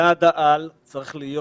יעד העל צריך להיות